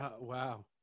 wow